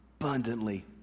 abundantly